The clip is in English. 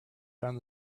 found